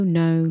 no